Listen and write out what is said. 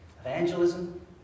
evangelism